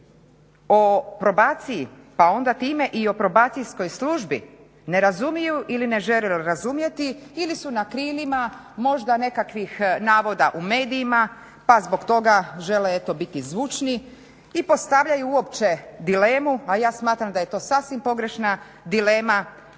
o probaciji pa onda time i o Probacijskoj službi ne razumiju ili ne žele razumjeti ili su na krilima možda nekakvih navoda u medijima pa zbog toga žele eto biti zvučni i postavljaju uopće dilemu, a ja smatram da je to sasvim pogrešna dilema,